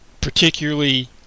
particularly